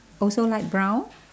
also light brown